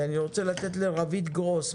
אני רוצה לתת לרוית גרוס,